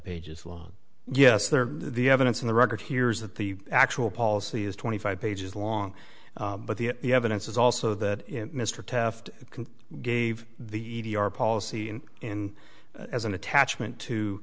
pages long yes there the evidence in the record here is that the actual policy is twenty five pages long but the evidence is also that mr taft gave the e t our policy and in as an attachment to